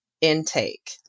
intake